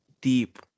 deep